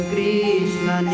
Krishna